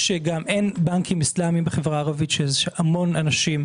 אין בנקים איסלאמיים בחברה הערבית יש המון אנשים,